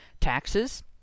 Taxes